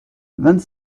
vingt